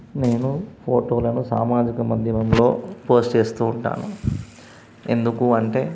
నేను ఫోటోలను సామాజిక మధ్యమంలో పోస్ట్ చేస్తూ ఉంటాను ఎందుకు అంటే